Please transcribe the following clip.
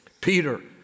Peter